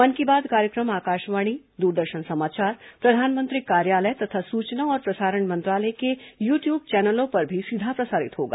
मन की बात कार्यक्रम आकाशवाणी दूरदर्शन समाचार प्रधानमंत्री कार्यालय तथा सूचना और प्रसारण मंत्रालय के यूट्यूब चैनलों पर भी सीधा प्रसारित होगा